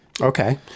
Okay